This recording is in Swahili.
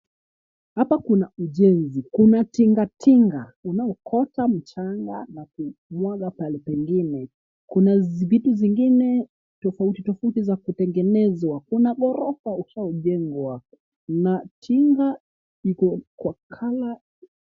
Hapa kuna ujenzi, kuna tingatinga unaokota mchanga na kuimwaga mahali pengine. Kuna vitu zingine, tofauti tofauti za kutengenezwa. Kuna ghorofa unaojengwa na tinga liko kwa kala .